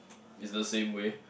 is the same way